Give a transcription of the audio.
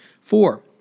Four